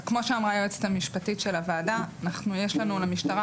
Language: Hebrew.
כמו שאמרה היועצת המשפטית של הוועדה יש למשטרה,